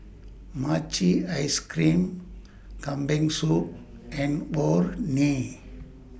Mochi Ice Cream Kambing Soup and Orh Nee